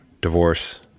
divorce